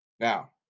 Now